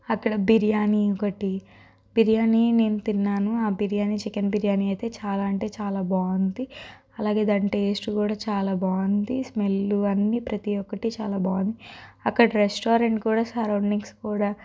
అక్కడ బిర్యానీ ఇంకోటి బిర్యానీ నేను తిన్నాను బిర్యానీ చికెన్ బిర్యానీ అయితే చాలా అంటే చాలా బావుంది అలాగే దాని టేస్ట్ కూడా చాలా బాగుంది స్మెల్లు అవన్నీ ప్రతి ఒకటి చాలా బాగుంది అక్కడ రెస్టారెంట్ కూడా సరౌండింగ్స్ కూడా